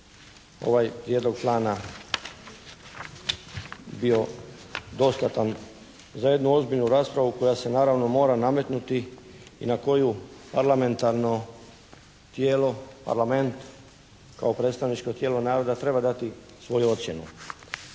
ovaj prijedlog plana bio dostatan za jednu ozbiljnu raspravu koja se naravno mora nametnuti i na koju parlamentarno tijelo, Parlament kao predstavničko tijelo naroda treba dati svoju ocjenu.